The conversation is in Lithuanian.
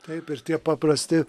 taip ir tie paprasti